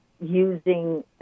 using